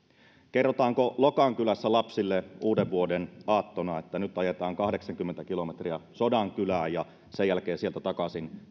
kerrotaanko lokan kylässä lapsille uudenvuodenaattona että nyt ajetaan kahdeksankymmentä kilometriä sodankylään ilotulitusta katsomaan ja sen jälkeen sieltä takaisin